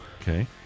Okay